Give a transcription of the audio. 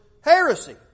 heresy